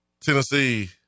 Tennessee